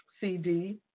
CD